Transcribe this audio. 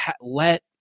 let